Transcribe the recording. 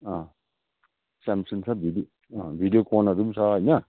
Samsung छ भिबो भिडियोकनहरू छ होइन